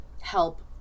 help